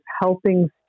helping